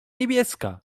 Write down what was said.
niebieska